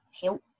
help